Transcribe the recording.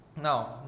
Now